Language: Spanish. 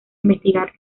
investigar